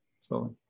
Slowly